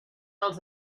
als